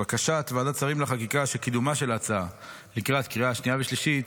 בקשת ועדת שרים לחקיקה שקידומה של ההצעה לקראת קריאה שנייה ושלישית